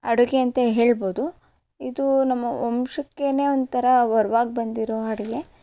ಅಡುಗೆ ಅಂತ ಹೇಳ್ಬೊದು ಇದು ನಮ್ಮ ವಂಶಕ್ಕೇನೆ ಒಂಥರ ವರ್ವಾಗಿ ಬಂದಿರೋ ಅಡುಗೆ